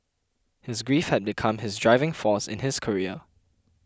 his grief had become his driving force in his career